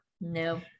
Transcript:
No